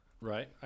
Right